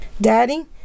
daddy